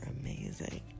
amazing